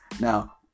Now